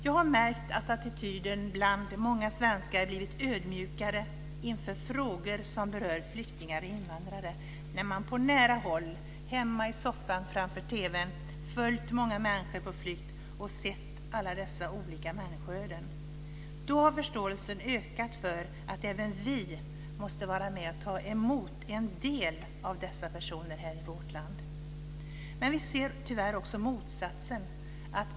Jag har märkt att attityden bland många svenskar blivit ödmjukare inför frågor som berör flyktingar och invandrare när man på nära håll, hemma i soffan framför TV:n, följt många människor på flykt och sett alla dessa olika människoöden. Då har förståelsen ökat för att även vi måste vara med och ta emot en del av dessa personer här i vårt land. Men vi ser tyvärr också motsatsen.